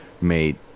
made